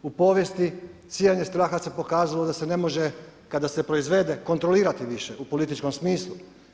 U povijesti sijanje straha se pokazalo da se ne može kada se proizvede kontrolirati više u političkom smislu.